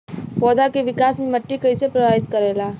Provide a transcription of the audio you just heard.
पौधा के विकास मे मिट्टी कइसे प्रभावित करेला?